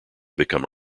become